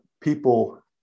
people